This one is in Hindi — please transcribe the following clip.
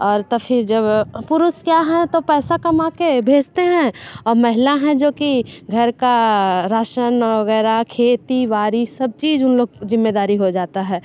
और तो फिर जब पुरुश क्या हैं तो पैसा कमा के भेजते हैं और महिला हैं जोकि घर का राशन वगैरश खेतीवारी सब चीज उन लोग जिम्मेदारी हो जाता है